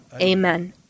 Amen